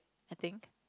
I think